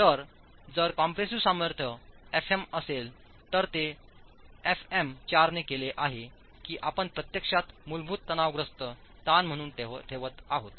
तर जर कॉम्प्रेसिव्ह सामर्थ्य एफएम असेल तर ते एफएम 4 ने केले आहे की आपण प्रत्यक्षात मूलभूत तणावग्रस्त ताण म्हणून ठेवत आहोत